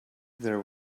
there